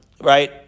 right